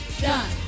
done